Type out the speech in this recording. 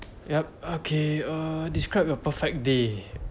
yup okay uh describe your perfect day